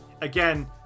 again